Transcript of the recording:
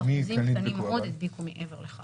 ואחוזים קטנים מאוד הדביקו מעבר לכך.